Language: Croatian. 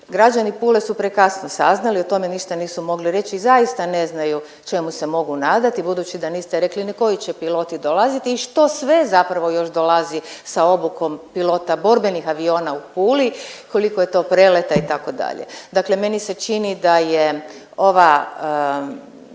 Građani Pule su prekasno saznali, o tome ništa nisu mogli reći i zaista ne znaju čemu se mogu nadati budući da niste rekli ni koji će piloti dolaziti i što sve zapravo još dolazi sa obukom pilota borbenih aviona u Puli, koliko je to preleta itd. Dakle, meni se čini da je ova